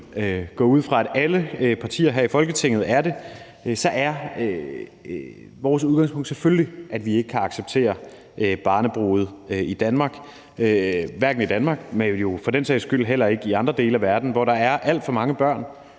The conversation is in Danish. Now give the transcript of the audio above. gå ud fra at det er alle partier her i Folketingets udgangspunkt, er vores udgangspunkt selvfølgelig, at vi ikke kan acceptere barnebrude i Danmark – hverken i Danmark, men for den sags skyld heller ikke i andre dele af verden, hvor der er alt for mange børn,